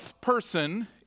person